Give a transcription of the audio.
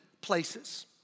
places